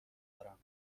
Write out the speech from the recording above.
دارم